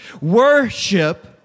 Worship